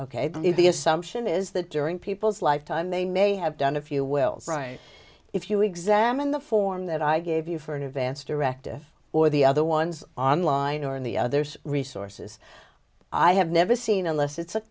ok the assumption is that during people's life time they may have done a few wells right if you examine the form that i gave you for an advance directive or the other ones on line or in the others resources i have never seen unless